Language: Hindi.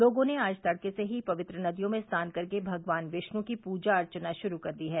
लोगों ने आज तड़के पवित्र नदियों में स्नान कर के भगवान विष्णु की पूजा अर्चना शुरू कर दी है